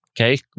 Okay